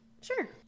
Sure